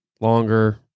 longer